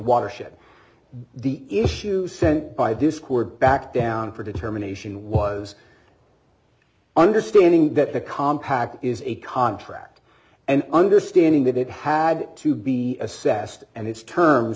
watershed the issue sent by this court back down for determination was understanding that the compact is a contract and understanding that it had to be assessed and its terms